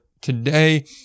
today